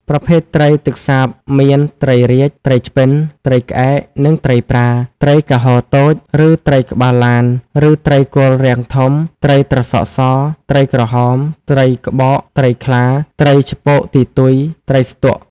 ប្រភេទត្រីទឹកសាបមាន ត្រីរាជ ត្រីឆ្ពិន ត្រីក្អែក និង ត្រីប្រា ត្រីការហោតូច ឬត្រីក្បាលឡាន ឬត្រីគល់រាំងធំ ត្រីត្រសក់ស ត្រីក្រហម ត្រីក្បក ត្រីខ្លា ត្រីឆ្កោកទីទុយ ត្រីស្ទក់។